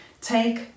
Take